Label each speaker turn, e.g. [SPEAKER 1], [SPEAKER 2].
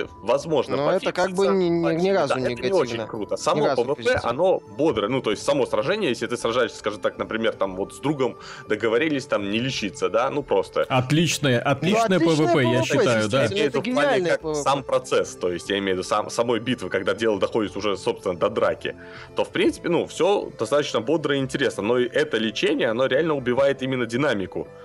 [SPEAKER 1] возможно,
[SPEAKER 2] Но это как бы
[SPEAKER 1] пофиксится.
[SPEAKER 2] ни- ни- ни
[SPEAKER 1] Пофиксится. Да,
[SPEAKER 2] разу
[SPEAKER 1] это не очень
[SPEAKER 2] негативно.
[SPEAKER 1] круто.
[SPEAKER 2] Ни
[SPEAKER 1] Само
[SPEAKER 2] разу
[SPEAKER 1] PvP,
[SPEAKER 2] позитивно.
[SPEAKER 1] оно бодрое. Ну, то есть само сражение, если ты сражаешься, скажем так, например, там вот с другом, договорились там не лечиться, да, ну просто.
[SPEAKER 3] Отличное-
[SPEAKER 2] Ну,
[SPEAKER 3] отличное PvP,
[SPEAKER 2] отличное
[SPEAKER 3] я
[SPEAKER 2] PvP,
[SPEAKER 3] считаю, да.
[SPEAKER 2] естественно,
[SPEAKER 1] Я имею в
[SPEAKER 2] это
[SPEAKER 1] виду, в плане,
[SPEAKER 2] гениальное
[SPEAKER 1] как
[SPEAKER 2] PvP.
[SPEAKER 1] сам процесс, то есть я имею в виду сам- самой битвы, когда дело доходит уже, собственно, до драки, то, в принципе, ну, всё достаточно бодро и интересно. Но и это лечение, оно реально убивает именно динамику.